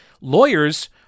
lawyers